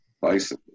Bicycle